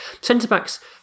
Centre-backs